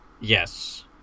Yes